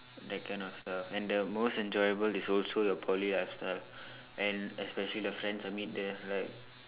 that kind of stuff and the most enjoyable is also your Poly lifestyle and especially the friends I meet there like